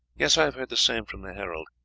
yes, i have heard the same from the herald.